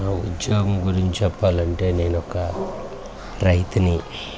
నా ఉద్యోగం గురించి చెప్పాలంటే నేను ఒక రైతుని